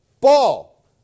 ball